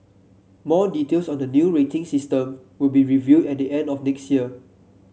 more details on the new rating system will be revealed at the end of next year